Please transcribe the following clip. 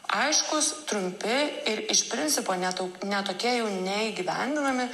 aiškūs trumpi iš principo ne tau ne tokie jau neįgyvendinami